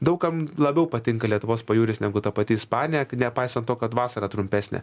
daug kam labiau patinka lietuvos pajūris negu ta pati ispanija nepaisant to kad vasara trumpesnė